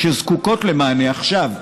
שזקוקות למענה עכשיו,